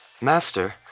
Master